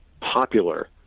popular